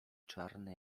czarny